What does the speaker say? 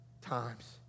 times